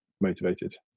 motivated